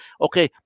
Okay